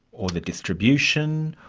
or the distribution?